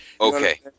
Okay